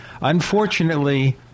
Unfortunately